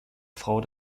frau